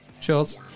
Cheers